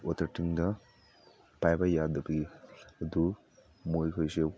water ꯇꯦꯡꯛꯗ ꯄꯥꯏꯕ ꯌꯥꯗꯕꯒꯤ ꯑꯗꯨ ꯃꯣꯏ ꯈꯣꯏꯁꯨ